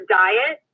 diet